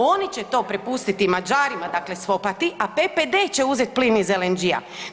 Oni će to prepustiti Mađarima dakle svopati, a PPD će uzeti plin iz LNG-a.